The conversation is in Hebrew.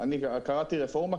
קראתי לזה רפורמה,